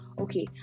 okay